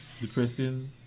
depressing